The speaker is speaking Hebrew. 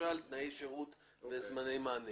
למשל תנאי שירות, זמני מענה